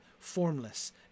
Formless